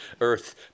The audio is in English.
earth